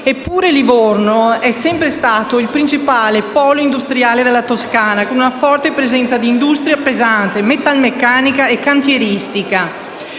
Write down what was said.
Eppure Livorno è sempre stato il principale polo industriale della Toscana, con una forte presenza di industria pesante, metalmeccanica e cantieristica.